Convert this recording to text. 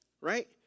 Right